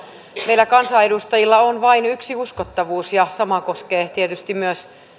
meillä kansanedustajilla on vain yksi uskottavuus ja sama koskee tietysti myös